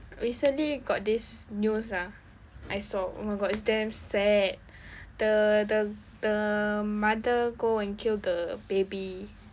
recently got this news ah I saw oh my god is damn sad the the the mother go and kill the baby